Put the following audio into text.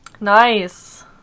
Nice